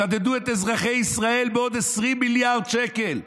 שדדו את אזרחי ישראל בעוד 20 מיליארד שקל,